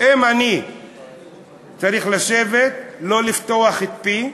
אני צריך לשבת, לא לפתוח את פי,